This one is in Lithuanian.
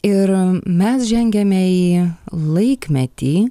ir mes žengiame į laikmetį